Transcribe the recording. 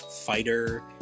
fighter